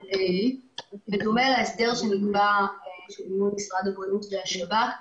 בדומה להסדר שנקבע מול משרד הבריאות והשב"כ,